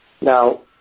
Now